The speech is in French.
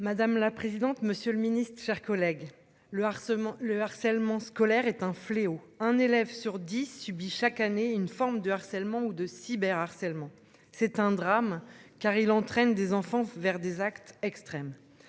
Madame la présidente. Monsieur le Ministre, chers collègues, le harcèlement. Le harcèlement scolaire est un fléau. Un élève sur 10 subit chaque année une forme de harcèlement ou de cyber harcèlement c'est un drame car il entraîne des enfants vers des actes extrêmes.